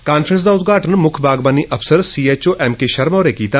conference दा उदघाटन मुक्ख बागवानी अफसर एम के शर्मा होरें कीता